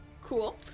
Cool